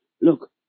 look